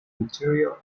material